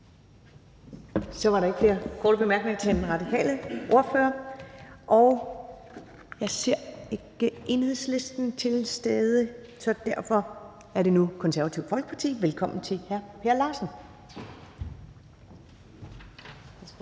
Så er der ikke flere korte bemærkninger til den radikale ordfører. Og jeg ser ingen fra Enhedslisten være til stede, så derfor er det nu Det Konservative Folkeparti. Velkommen til hr. Per Larsen.